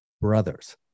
brothers